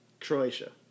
Croatia